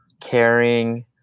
caring